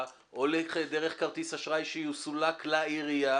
או כנגד כרטיס אשראי שיסולק לעירייה